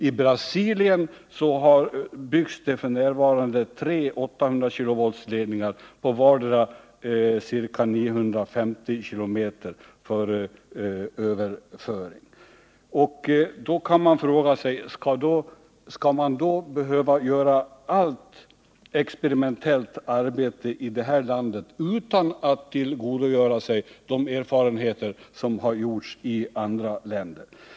I Brasilien byggs f. n. tre 800-kV ledningar på vardera ca 950 km längd för överföring. Mot bakgrund av dessa uppgifter kan man fråga sig: Skall man behöva göra allt experimentellt arbete i vårt land utan att tillgodogöra sig de erfarenheter som har gjorts i andra länder?